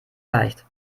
leicht